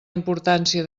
importància